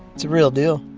it's the real deal.